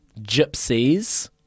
gypsies